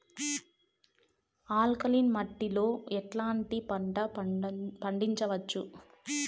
Alkaline మట్టి లో ఎట్లాంటి పంట పండించవచ్చు,?